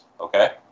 okay